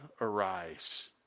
arise